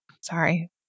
Sorry